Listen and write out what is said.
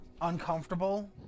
uncomfortable